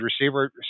receiver